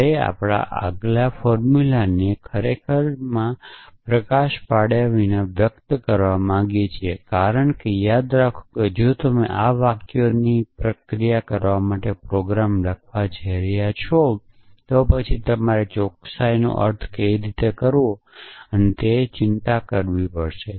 આપણે અમારા ફોર્મુલાને ખરેખર પ્રમાણમાં પ્રકાશ પાડ્યા વિના વ્યક્ત કરવા માગીએ છીએ કારણ કે યાદ રાખો કે જો તમે આ વાક્યોની પ્રક્રિયા કરવા માટે પ્રોગ્રામ લખવા જઇ રહ્યા છો તો પછી તમારે ચોકસાઈનો અર્થ કેવી રીતે કરવો તે વિશે અને તેથી વધુ ચિંતા કરવી પડશે